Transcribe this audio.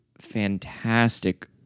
fantastic